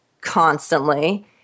constantly